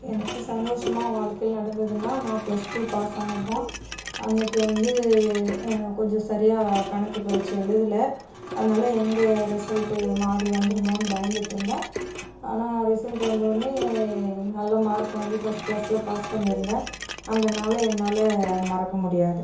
எனக்கு சந்தோஷமாக வாழ்க்கையில் நடந்ததுன்னால் நான் ப்ளஸ் டூ பாஸ் ஆனதுதான் அன்னிக்கு வந்து கொஞ்சம் சரியாக கணக்கு பரீட்சை எழுதுல அதனால் எங்கே ரிசல்ட் மாறி வந்துடுமோன்னு பயந்துட்டிருந்தேன் ஆனால் ரிசல்ட் வந்தோடனே நல்ல மார்க் வாங்கி ஃபர்ஸ்ட் கிளாஸில் பாஸ் பண்ணியிருந்தேன் அந்த நாளை என்னால் மறக்க முடியாது